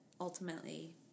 ultimately